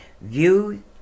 view